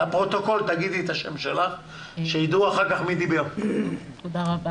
תודה רבה